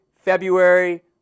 February